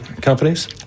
companies